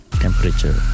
Temperature